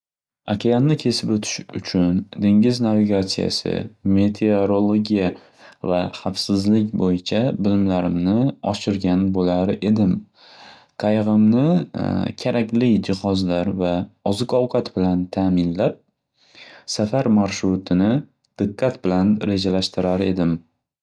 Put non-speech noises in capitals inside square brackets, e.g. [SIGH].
Okeanni kesib o'tish uchun dengiz navigatsiyasi, metrialogiya va xavfsizlik bo'yicha bilimlarimni oshirgan bo'lar edim. Qayig'imni [HESITATION] kerakli jihozlar va oziq-ovqat bilan taminlab, safar marshirutini diqqat bilan rejalashtirar edim.